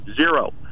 Zero